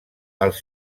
els